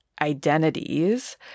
identities